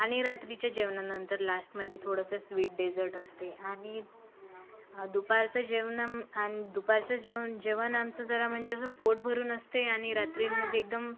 आणि रात्रीच्या जेवणानंतर लास्टमध्ये थोडसं स्वीट डेझर्ट असते आणि दुपारच्या जेवणा आणि दुपारचं जेवण जरा म्हणजे आमचं पोटभरून असते आणि रात्रीमध्ये एकदम